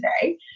today